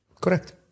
Correct